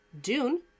Dune